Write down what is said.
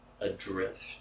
adrift